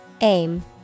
Aim